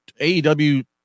AEW